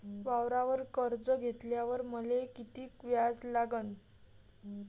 वावरावर कर्ज घेतल्यावर मले कितीक व्याज लागन?